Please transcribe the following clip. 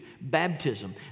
baptism